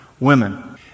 women